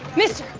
mister!